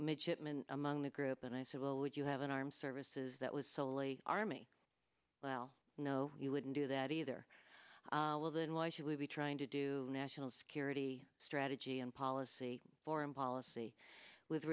midshipman among the group and i said well would you have an armed services that was solely army well no you wouldn't do that either well then why should we be trying to do national security strategy and policy foreign policy with